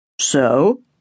So